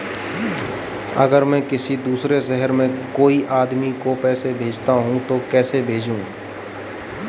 अगर मैं किसी दूसरे शहर में कोई आदमी को पैसे भेजना चाहूँ तो कैसे भेजूँ?